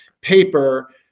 paper